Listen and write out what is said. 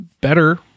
better